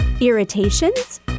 Irritations